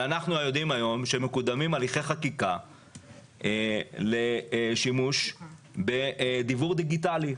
אנחנו יודעים שמקודמים הליכי חקיקה לשימוש בדיוור דיגיטלי.